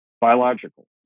biological